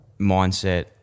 mindset